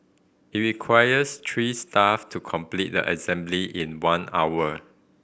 it requires three staff to complete the assembly in one hour